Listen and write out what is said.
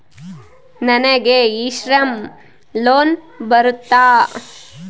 ನನಗೆ e Shram loan ಬರುತ್ತಾ?